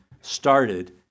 started